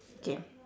K